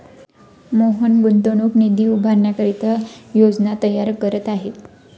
मोहन गुंतवणूक निधी उभारण्याकरिता योजना तयार करत आहे